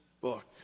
book